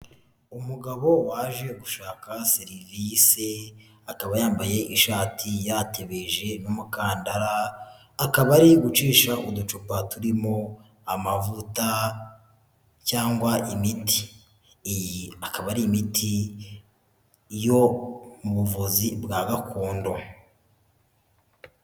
Umugabo waje gushaka serivise, akaba yambaye ishati, yatebeje n'umukandara, akaba ari gucisha uducupa turimo amavuta cyangwa imiti. Iyi akaba ari imiti yo mu buvuzi bwa gakondo.